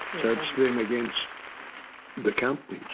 so it's them against the company